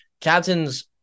captains